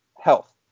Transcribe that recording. health